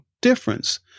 difference